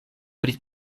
pri